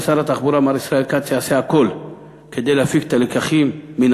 ששר התחבורה מר ישראל כץ יעשה הכול כדי להפיק את הלקחים מן